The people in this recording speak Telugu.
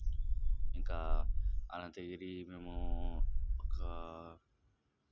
ఇంకా అనంతగిరి మేము ఒక